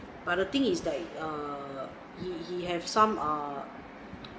but the thing is that uh he he have some uh